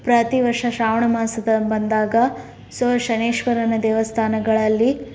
ಪ್ರತಿ ವರ್ಷ ಶ್ರಾವಣ ಮಾಸ ಬಂದಾಗ ಸೊ ಶನೇಶ್ವರನ ದೇವಸ್ಥಾನಗಳಲ್ಲಿ